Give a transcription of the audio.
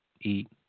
eat